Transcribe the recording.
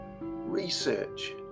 research